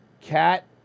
Cat